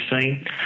seen